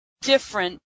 different